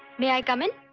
may i come in?